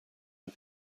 این